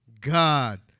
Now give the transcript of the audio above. God